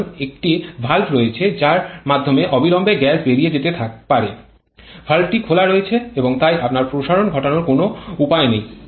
কারণ একটি ভালভ রয়েছে যার মাধ্যমে অবিলম্বে গ্যাস বেরিয়ে যেতে পারে ভালভটি খোলা রয়েছে এবং তাই আপনার প্রসারণ ঘটানোর কোনও উপায় নেই